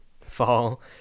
fall